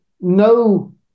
no